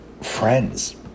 friends